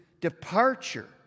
departure